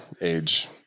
age